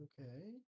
Okay